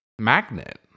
magnet